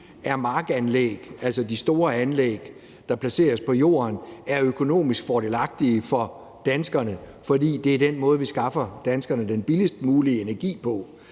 at markanlæg, altså de store anlæg, der placeres på jorden, lige nu er økonomisk fordelagtige for danskerne, for det er den måde, vi skaffer danskerne den billigst mulige energi på.